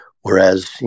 whereas